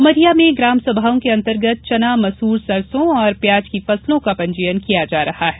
उमरिया में ग्रामसभाओं के अंतर्गत चना मसूर सरसों और प्याज की फसलों का पंजीयन किया जा रहा है